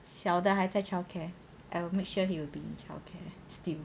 小的还在 childcare I will make sure he will still be in childcare still